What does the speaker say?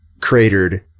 cratered